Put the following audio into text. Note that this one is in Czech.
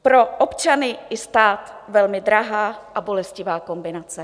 Pro občany i stát velmi drahá a bolestivá kombinace.